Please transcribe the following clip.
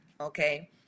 okay